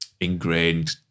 ingrained